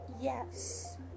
yes